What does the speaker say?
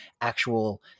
actual